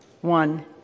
one